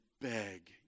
beg